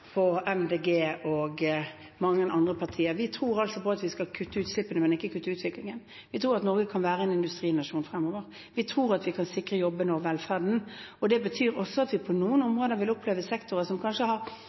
og mange andre partier: Vi tror at vi skal klare å kutte utslippene, men ikke utviklingen. Vi tror at Norge kan være en industrinasjon fremover. Vi tror at vi kan sikre jobbene og velferden. Det betyr også at vi på noen